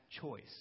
choice